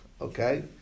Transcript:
Okay